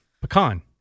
Pecan